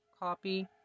copy